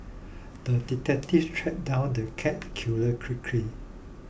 the detective tracked down the cat killer quickly